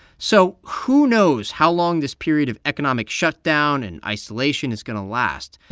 so who knows how long this period of economic shutdown and isolation is going to last?